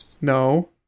no